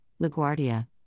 LaGuardia